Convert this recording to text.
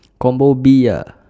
combo B ah